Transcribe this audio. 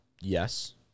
Yes